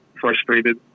frustrated